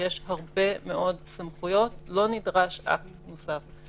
יש הרבה מאוד סמכויות ולא נדרש אקט נוסף.